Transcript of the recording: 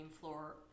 Floor